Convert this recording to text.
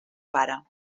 pare